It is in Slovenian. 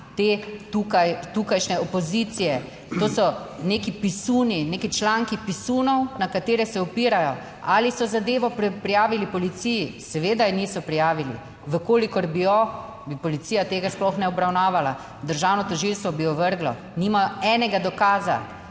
te tukajšnje opozicije? To so neki pisuni, neki članki pisunov, na katere se opirajo. Ali so zadevo prijavili policiji? Seveda je niso prijavili. Če bi jo, policija tega sploh ne obravnavala, državno tožilstvo bi ovrglo, nimajo enega dokaza